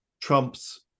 Trump's